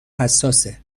حساسه